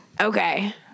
Okay